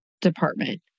department